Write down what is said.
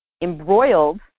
embroiled